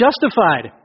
justified